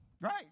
Right